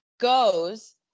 goes